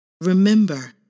Remember